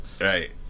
Right